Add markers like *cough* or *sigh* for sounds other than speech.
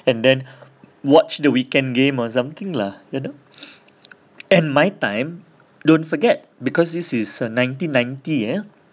and then watch the weekend game or something lah you know *breath* and my time don't forget because this is uh nineteen ninety eh